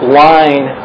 line